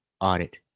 audit